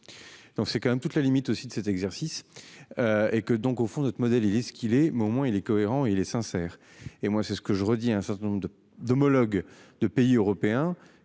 Donc c'est quand même toutes les limites aussi de cet exercice. Et que donc, au fond, notre modèle il est-ce qu'il est mais au moins il est cohérent, il est sincère et moi c'est ce que je redis un certain nombre de d'homologue de pays européens